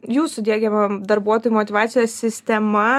jūsų diegiama darbuotojų motyvacijos sistema